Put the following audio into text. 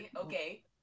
Okay